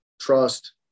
trust